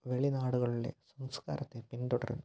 വെളിനാടുകളിലെ സംസ്കാരത്തെ പിന്തുടരാൻ